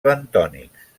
bentònics